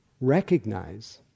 recognize